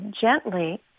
gently